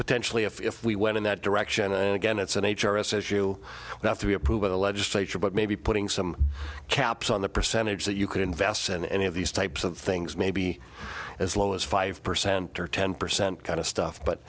potentially if we went in that direction and again it's an h r s as you have to be approved by the legislature but maybe putting some caps on the percentage that you could invest in any of these types of things maybe as low as five percent or ten percent kind of stuff but